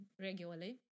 regularly